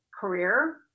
career